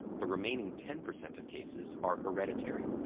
the remaining ten percent of cases are hereditary,